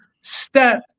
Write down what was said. step